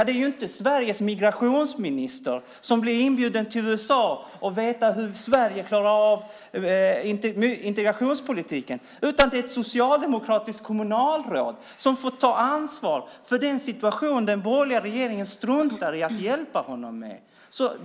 Det är inte Sveriges migrationsminister som blir inbjuden till USA och vet hur Sverige klarar av integrationspolitiken. Det är ett socialdemokratiskt kommunalråd som får ta ansvar för den situation som den borgerliga regeringen struntar i att hjälpa honom med.